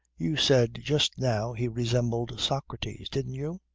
you said just now he resembled socrates didn't you?